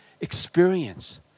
experience